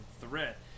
threat